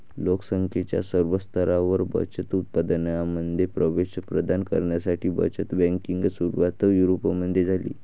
लोक संख्येच्या सर्व स्तरांवर बचत उत्पादनांमध्ये प्रवेश प्रदान करण्यासाठी बचत बँकेची सुरुवात युरोपमध्ये झाली